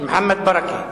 מוחמד ברכה?